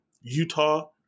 Utah